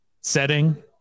setting